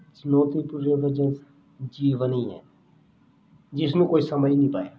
ਚੁਣੌਤੀਪੂਰਨ ਵਿਅੰਜਨ ਜੀਵਨ ਹੀ ਹੈ ਜਿਸ ਨੂੰ ਕੋਈ ਸਮਝ ਨਹੀਂ ਪਾਇਆ